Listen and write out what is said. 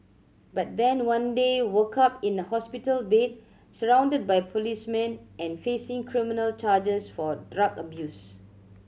but then one day woke up in a hospital bed surrounded by policemen and facing criminal charges for drug abuse